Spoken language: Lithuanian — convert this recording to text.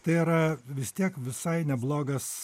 tai yra vis tiek visai neblogas